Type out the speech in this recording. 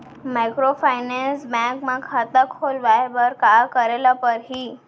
Microfinance bank म खाता खोलवाय बर का करे ल परही?